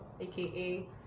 aka